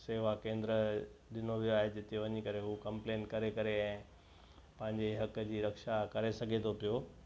सेवा केंद्र ॾिनो वियो आहे जिते वञी करे हू कंप्लेन करे करे ऐं पंहिंजे हक़ जी रक्षा करे सघे थो पियो